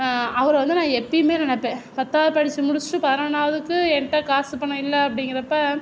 அவர வந்து நான் எப்பவுமே நினைப்பேன் பத்தாவது படிச்சு முடிச்சுட்டு பதினொன்றாவதுக்கு என்கிட்ட காசு பணம் இல்லை அப்படிங்குறப்ப